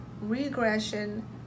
regression